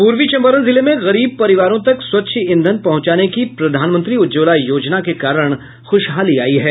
पूर्वी चंपारण जिले में गरीब परिवारों तक स्वच्छ ईंधन पहुंचाने की प्रधानमंत्री उज्ज्वला योजना के कारण खुशहाली आयी है